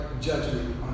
judgment